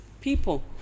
people